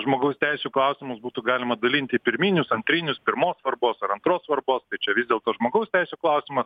žmogaus teisių klausimus būtų galima dalint į pirminius antrinius pirmos svarbos ar antros svarbos tai čia vis dėlto žmogaus teisių klausimas